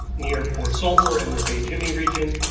near port sulfur and the bay jenny region.